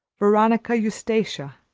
veronica eustacia,